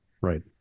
Right